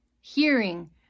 Hearing